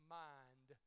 mind